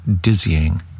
dizzying